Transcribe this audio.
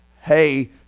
hey